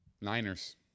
Niners